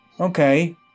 Okay